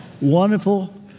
Wonderful